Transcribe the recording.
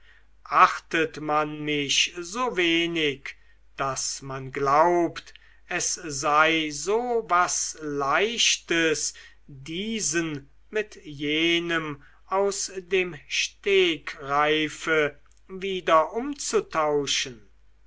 achtet man mich so wenig daß man glaubt es sei so was leichtes diesen mit jenem aus dem stegreife wieder umzutauschen